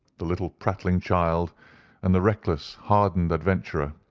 the little prattling child and the reckless, hardened adventurer.